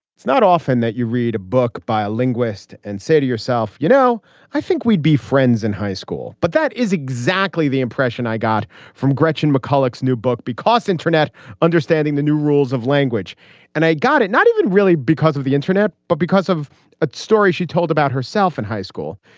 it's not often that you read a book by a linguist and say to yourself you know i think we'd be friends in high school but that is exactly the impression i got from gretchen mcculloch's new book because internet understanding the new rules of language and i got it not even really because of the internet but because of a story she told about herself in high school.